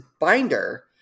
binder